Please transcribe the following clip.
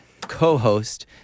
co-host